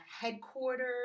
headquarters